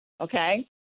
okay